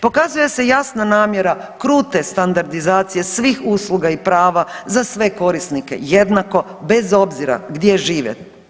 Pokazuje se jasna namjera krute standardizacije svih usluga i prava za sve korisnike jednako bez obzira gdje žive.